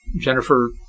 Jennifer